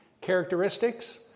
characteristics